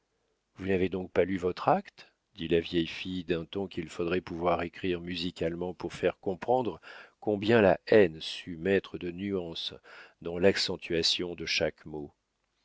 vous n'avez donc pas lu votre acte dit la vieille fille d'un ton qu'il faudrait pouvoir écrire musicalement pour faire comprendre combien la haine sut mettre de nuances dans l'accentuation de chaque mot